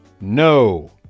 No